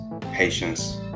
patience